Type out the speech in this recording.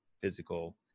physical